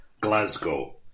Glasgow